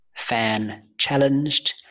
fanchallenged